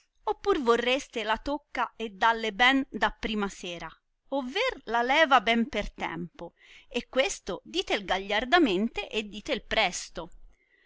pur vorreste la tocca e dàlie ben da prima sera over la leva ben per tempo e questo ditel gagliardamente e ditel presto